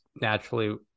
naturally